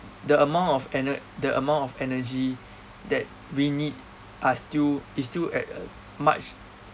the amount of ene~ the amount of energy that we need are still is still at a much